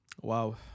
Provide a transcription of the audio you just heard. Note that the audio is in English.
Wow